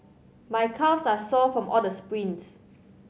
my calves are sore from all the sprints